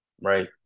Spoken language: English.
right